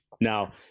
Now